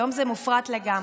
היום זה מופרט לגמרי.